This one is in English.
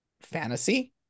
fantasy